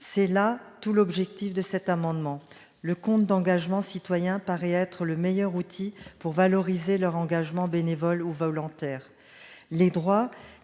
Tel est l'objet de cet amendement. Le compte d'engagement citoyen semble être le meilleur outil pour valoriser l'engagement bénévole ou volontaire des aidants.